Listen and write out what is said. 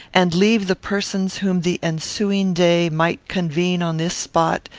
and leave the persons whom the ensuing day might convene on this spot,